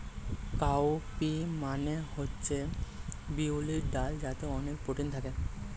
cow P মানে হচ্ছে বিউলির ডাল যাতে অনেক প্রোটিন থাকে